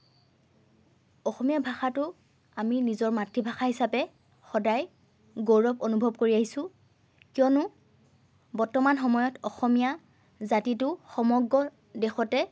অসমীয়া ভাষাটো আমি নিজৰ মাতৃভাষা হিচাপে সদায় গৌৰৱ অনুভৱ কৰি আহিছোঁ কিয়নো বৰ্তমান সময়ত অসমীয়া জাতিটো সমগ্ৰ দেশতে